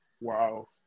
wow